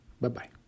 Bye-bye